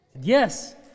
Yes